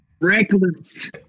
Reckless